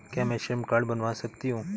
क्या मैं श्रम कार्ड बनवा सकती हूँ?